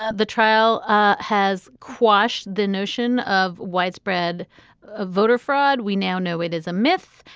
ah the trial ah has quashed the notion of widespread ah voter fraud. we now know it is a myth.